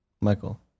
Michael